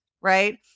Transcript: Right